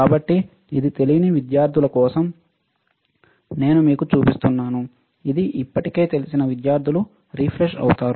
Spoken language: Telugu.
కాబట్టి ఇది తెలియని విద్యార్థుల కోసం నేను మీకు చూపిస్తున్నాను ఇది ఇప్పటికే తెలిసిన విద్యార్థులు రిఫ్రెష్ అవుతారు